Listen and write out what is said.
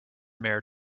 mare